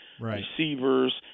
receivers